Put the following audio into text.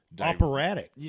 Operatic